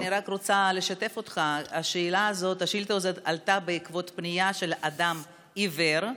אני רק רוצה לשתף אותך: השאילתה הזאת עלתה בעקבות פנייה של אדם עיוור,